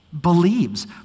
Believes